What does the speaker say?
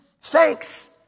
Thanks